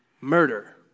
murder